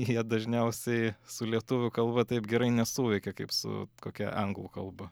jie dažniausiai su lietuvių kalba taip gerai nesuveikia kaip su kokia anglų kalba